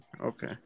Okay